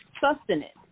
sustenance